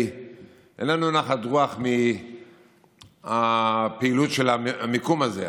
שאין לנו נחת רוח מהפעילות של המקום הזה.